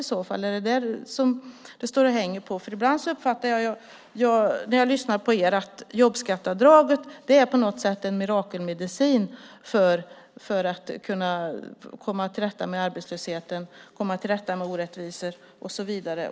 Jag frågar eftersom jag ibland när jag lyssnar på er uppfattar det som att jobbskatteavdraget skulle vara någon sorts mirakelmedicin för att bota arbetslöshet, orättvisor och så vidare.